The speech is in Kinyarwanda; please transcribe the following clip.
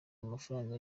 amafaranga